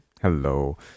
Hello